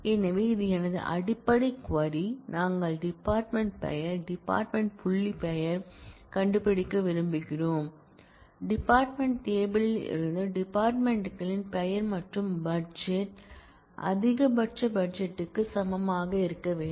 எனவே இது எனது அடிப்படை க்வரி நாங்கள் டிபார்ட்மென்ட் பெயர் டிபார்ட்மென்ட் புள்ளி பெயர் கண்டுபிடிக்க விரும்புகிறோம் டிபார்ட்மென்ட் டேபிள் யில் இருந்து டிபார்ட்மென்ட் களின் பெயர் மற்றும் பட்ஜெட் அதிகபட்ச பட்ஜெட்டுக்கு சமமாக இருக்க வேண்டும்